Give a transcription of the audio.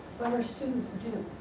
um our students do